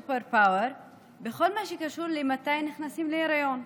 לנוsuper power בכל מה שקשור לזמן שנכנסים להיריון.